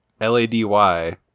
L-A-D-Y